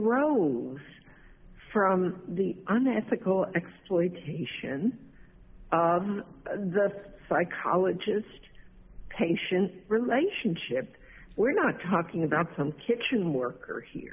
arose from the unethical exploitation of the psychologist patients relationship we're not talking about some kitchen worker here